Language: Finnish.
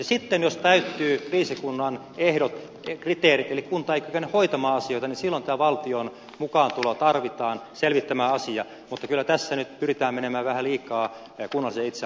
sitten jos täyttyy kriisikunnan ehdot kriteerit eli kunta ei kykene hoitamaan asioitaan silloin tämä valtion mukaantulo tarvitaan selvittämään asia mutta kyllä tässä nyt pyritään menemään vähän liikaa kunnallisen itsehallinnon tontille